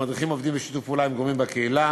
המדריכים עובדים בשיתוף פעולה עם גורמים בקהילה,